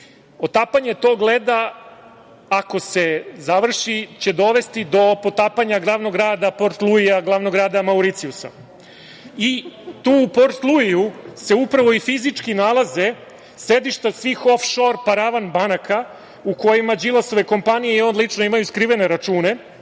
Otapanje tog leta, ako se završi, će dovesti do potapanja glavnog grada Mauricijusa Port Luisa. Tu u Port Luisu se upravo i fizički nalaze sedišta svih ofšor paravan banaka u kojima Đilasove kompanije i on lično imaju skrivene račune.